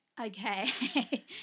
Okay